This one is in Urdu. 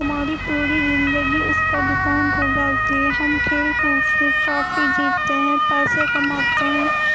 ہماری پوری زندگی اس پہ ڈیپینڈ ہوجاتی ہم کھیل کود سے ٹرافی جیتتے ہیں پیسے کماتے ہیں